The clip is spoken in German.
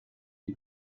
die